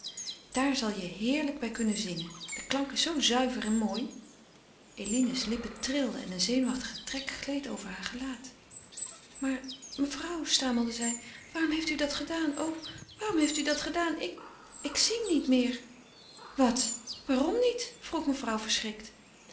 daar zal je heerlijk bij kunnen zingen de klank is zoo zuiver en mooi eline's lippen trilden en een zenuwachtige trek gleed over haar gelaat maar mevrouw stamelde zij waarom heeft u dat gedaan o waarom heeft u dat gedaan ik zing niet meer wat waarom niet vroeg mevrouw verschrikt